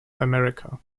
america